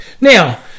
Now